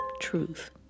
truth